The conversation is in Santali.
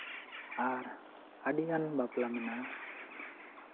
ᱟᱨ ᱟᱹᱰᱤᱜᱟᱱ ᱵᱟᱯᱞᱟ ᱢᱮᱱᱟᱜᱼᱟ